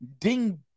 ding